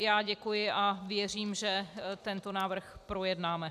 Já děkuji a věřím, že tento návrh projednáme.